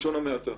בלשון המעטה.